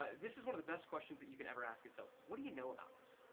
this is one of the best questions that you could ever ask in sales, what do you know about us?